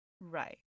Right